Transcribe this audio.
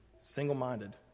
single-minded